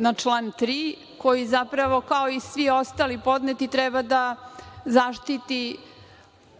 na član 3. koji zapravo, kao i svi ostali podneti, treba da zaštiti